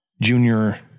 junior